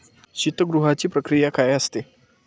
शीतगृहाची प्रक्रिया काय असते?